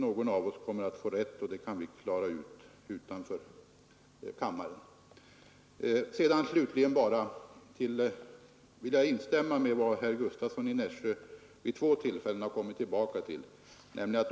Någon av oss har rätt, och det kan vi klara ut utanför kammaren. Jag vill instämma i vad herr Gustavsson i Nässjö vid två tillfällen har framhållit.